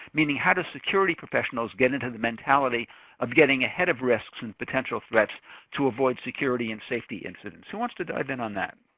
meaning how do security professionals get into the mentality of getting ahead of risks and potential threats to avoid security and safety incidents. who wants to dive in on that?